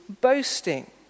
boasting